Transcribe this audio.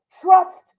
Trust